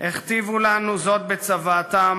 הכתיבו לנו זאת בצוואתם,